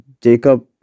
Jacob